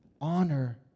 honor